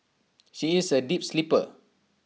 she is A deep sleeper